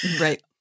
Right